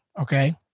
okay